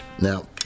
Now